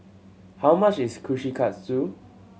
how much is Kushikatsu